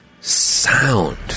sound